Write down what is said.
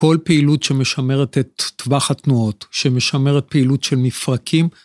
כל פעילות שמשמרת את טווח התנועות, שמשמרת פעילות של מפרקים.